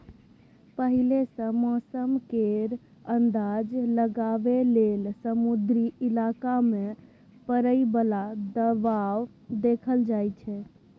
पहिले सँ मौसम केर अंदाज लगाबइ लेल समुद्री इलाका मे परय बला दबाव देखल जाइ छै